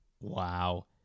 Wow